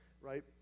right